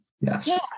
Yes